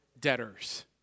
debtors